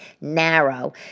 narrow